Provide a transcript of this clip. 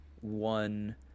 one